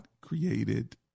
created